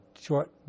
short